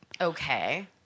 Okay